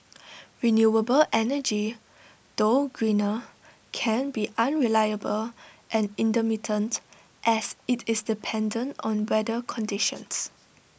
renewable energy though greener can be unreliable and intermittent as IT is dependent on weather conditions